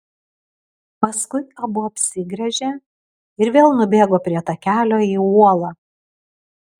paskui abu apsigręžė ir vėl nubėgo prie takelio į uolą